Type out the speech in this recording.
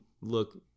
look